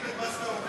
תגיד,